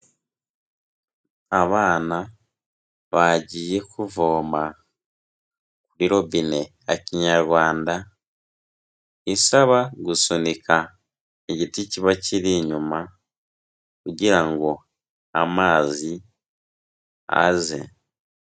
Abana bagiye kuvoma kuri robine kinyarwanda, isaba gusunika igiti kiba kiri inyuma kugira ngo amazi aze.